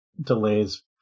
delays